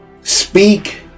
Speak